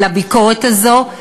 לביקורת הזו,